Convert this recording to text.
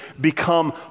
become